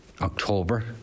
October